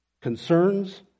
Concerns